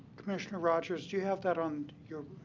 commissioner rodgers, do you have that on your?